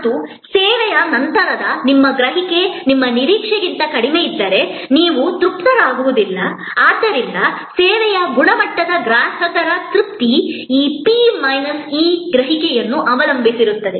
ಮತ್ತು ಸೇವೆಯ ನಂತರದ ನಿಮ್ಮ ಗ್ರಹಿಕೆ ನಿಮ್ಮ ನಿರೀಕ್ಷೆಗಿಂತ ಕಡಿಮೆಯಿದ್ದರೆ ನೀವು ತೃಪ್ತರಾಗುವುದಿಲ್ಲ ಆದ್ದರಿಂದ ಸೇವೆಯ ಗುಣಮಟ್ಟದ ಗ್ರಾಹಕರ ತೃಪ್ತಿ ಈ ಪಿ ಮೈನಸ್ ಇ ಗ್ರಹಿಕೆಯನ್ನು ಅವಲಂಬಿಸಿರುತ್ತದೆ